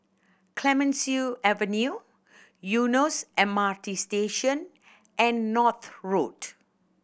Clemenceau Avenue Eunos M R T Station and North Road